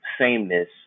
sameness